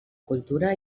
cultura